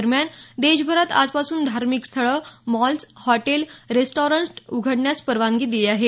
दरम्यान देशभरात आजपासून धार्मिक स्थळं मॉल्स हॉटेल्स रेस्टॉरंट उघडण्यास परवानगी दिली आहे